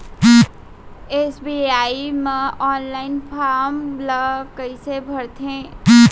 SBI म online form ल कइसे भरथे?